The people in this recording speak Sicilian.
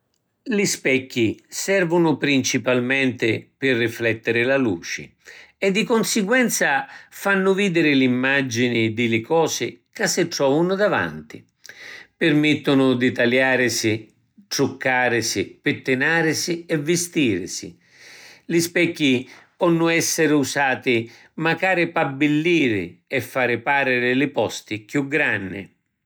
Li specchi servunu principalmenti pi riflettiri la luci e, di cunsiguenza, fannu vidiri l’immagini di li cosi ca si trovanu davanti. Pirmittunu di taliarisi, truccarisi, pittinarisi e vistirisi. Li specchi ponnu essiri usati macari p’abbilliri e fari pariri li posti chiù granni.